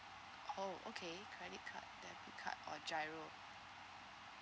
oh okay credit card debit card or GIRO